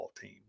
team